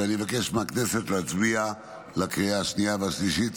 ואני מבקש מהכנסת להצביע בקריאה השנייה והשלישית.